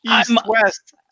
east-west